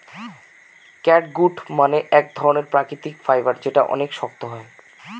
catgut মানে এক ধরনের প্রাকৃতিক ফাইবার যেটা অনেক শক্ত হয়